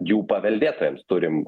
jų paveldėtojams turim